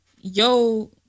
yo